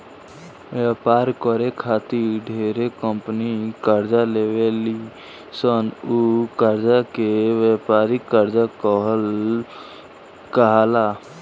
व्यापार करे खातिर ढेरे कंपनी कर्जा लेवे ली सन उ कर्जा के व्यापारिक कर्जा कहाला